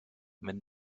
wenn